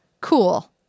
cool